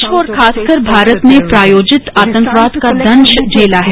विश्व और खासकर भारत ने प्रायोजित आतंकवाद का दंश झेला है